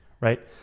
Right